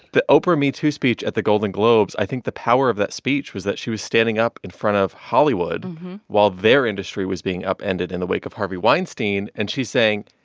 the oprah metoo speech at the golden globes i think the power of that speech was that she was standing up in front of hollywood while their industry was being upended in the wake of harvey weinstein. and she's saying,